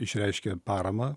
išreiškė paramą